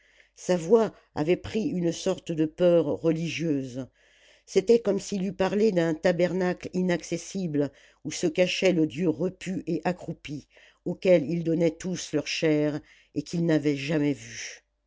sa voix avait pris une sorte de peur religieuse c'était comme s'il eût parlé d'un tabernacle inaccessible où se cachait le dieu repu et accroupi auquel ils donnaient tous leur chair et qu'ils n'avaient jamais vu